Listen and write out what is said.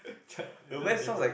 is just different